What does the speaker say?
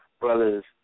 brothers